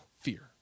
fear